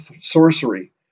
sorcery